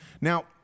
Now